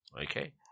okay